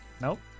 Nope